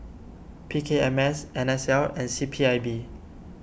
P K M S N S L and C P I B